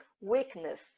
weakness